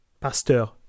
Pasteur